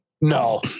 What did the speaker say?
No